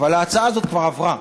אבל ההצעה הזאת כבר עברה.